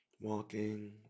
Walking